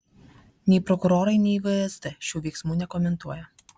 nei prokurorai nei vsd šių veiksmų nekomentuoja